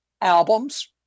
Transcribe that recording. albums